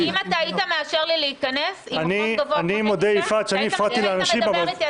אם היית מאשר לי להיכנס עם חום גבוה --- אם היית מדבר איתי,